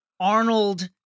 Arnold